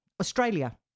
Australia